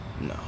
No